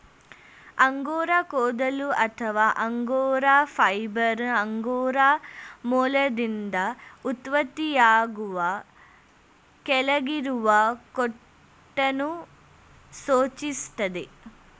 angora ಕೂದಲು ಅಥವಾ angora fibre angora ಮೊಲದಿಂದ ಉತ್ಪತ್ತಿಯಾಗುವ ಕೆಳಗಿರುವ ಕೋಟನ್ನು ಸೂಚಿಸ್ತದೆ